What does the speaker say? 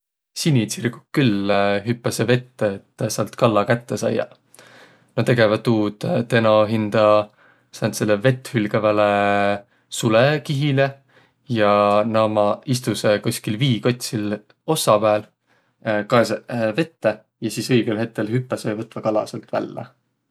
Sinitsirguq külh hüppäseq vette, et säält kalla kätte saiaq. Nä tegeväq tuud teno hindä sääntsele vetthülgäväle sulõkihile. Ja nä ommaq, istusõq koskil vii kotsil ossa pääle, kaesõq vette ja sis õigõl hetkel hüppäseq ja võtvaq kala säält vällä.